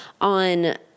on